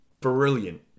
brilliant